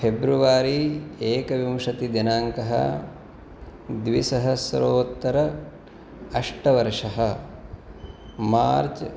फेब्रुवारी एकविंशतिदिनाङ्कः द्विसहस्रोत्तर अष्टवर्षः मार्च्